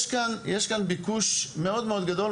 יש כאן ביקוש מאוד גדול,